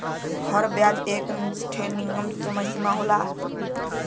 हर बियाज क एक ठे नियमित समय सीमा होला